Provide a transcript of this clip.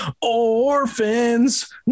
orphans